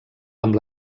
amb